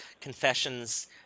Confessions